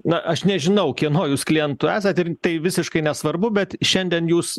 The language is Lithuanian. na aš nežinau kieno jūs klientu esat ir tai visiškai nesvarbu bet šiandien jūs